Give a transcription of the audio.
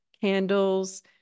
candles